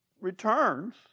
returns